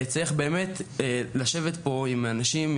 צריך באמת לשבת פה עם אנשים,